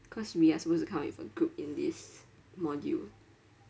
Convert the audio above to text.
cause we are supposed to come up with a group in this module